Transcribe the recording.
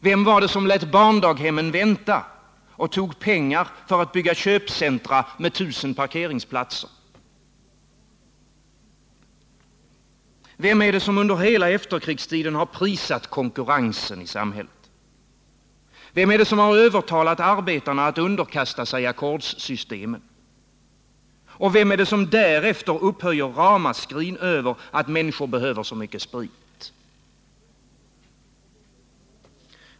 Vem lät barndaghemmen vänta och tog pengar för att bygga köpcentra med 1 000 parkeringsplatser? Vem är det som under hela efterkrigstiden har prisat konkurrensen i samhället? Vem är det som har övertalat arbetarna att underkasta sig ackordsystemet? Och vem är det som därefter har upphävt ramaskrin över att människor behöver så mycket sprit?